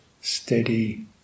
steady